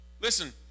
Listen